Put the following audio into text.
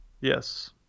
Yes